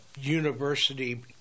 university